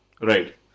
Right